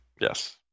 Yes